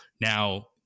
Now